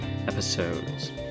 episodes